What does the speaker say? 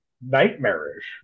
nightmarish